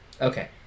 Okay